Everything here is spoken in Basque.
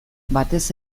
batez